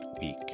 week